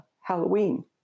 Halloween